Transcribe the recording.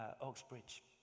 Oxbridge